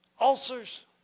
ulcers